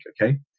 Okay